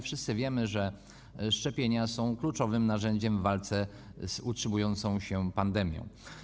Wszyscy wiemy, że szczepienia są kluczowym narzędziem w walce z utrzymującą się pandemią.